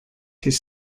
his